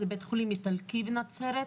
זה בית החולים האיטלקי בנצרת,